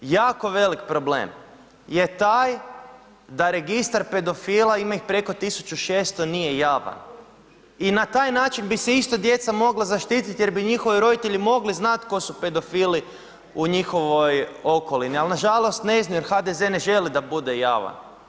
Jako velik problem je taj da registar pedofila, ima ih preko 1.600 nije javan i na taj način bi se isto djeca mogla zaštititi jer bi njihovi roditelji mogli znati tko su pedofili u njihovoj okolini, ali nažalost ne znaju jer HDZ ne želi da bude javan.